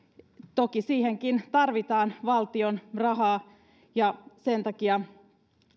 toki siihenkin tarvitaan valtion rahaa ja sen takia